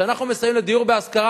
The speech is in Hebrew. כשאנחנו מסייעים לדיור בהשכרה,